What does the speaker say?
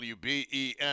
WBEN